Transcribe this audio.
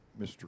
Mr